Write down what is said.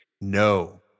No